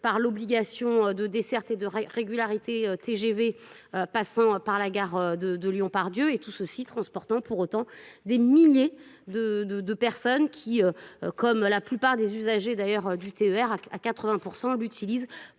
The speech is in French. par l'obligation de desserte et de régularité g v passant par la gare de lyon pardieu et tout ceci transportant pour autant des milliers de de de personnes quie comme la plupart des usagers d'ailleurs